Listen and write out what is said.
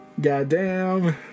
Goddamn